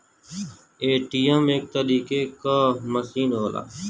ATM एक तरीके क मसीन होला